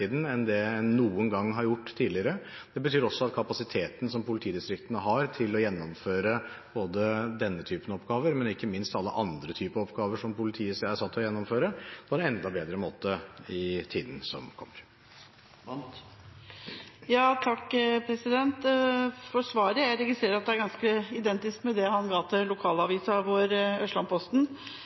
enn det man noen gang har gjort tidligere. Det betyr også at kapasiteten som politidistriktene har, økes og at de kan gjennomføre både denne type oppgaver og ikke minst alle andre type oppgaver som politiet er satt til å gjennomføre, på en enda bedre måte i tiden som kommer. Takk for svaret. Jeg registrerer at det er ganske identisk med det han ga til lokalavisa vår,